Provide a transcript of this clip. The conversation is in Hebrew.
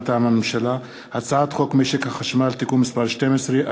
מטעם הממשלה: הצעת חוק משק החשמל (תיקון מס' 12),